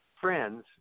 friends